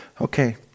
Okay